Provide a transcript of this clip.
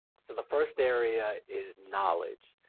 so the first area is knowledge.